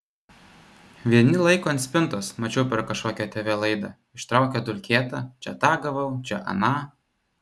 vieni laiko ant spintos mačiau per kažkokią tv laidą ištraukė dulkėtą čia tą gavau čia aną